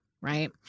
Right